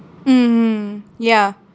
mmhmm ya